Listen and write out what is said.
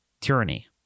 tyranny